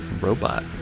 robot